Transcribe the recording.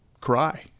cry